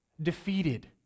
defeated